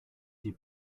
die